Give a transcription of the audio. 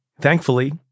Thankfully